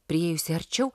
priėjusi arčiau